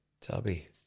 Tubby